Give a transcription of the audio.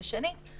ושנית,